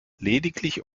lediglich